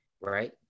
Right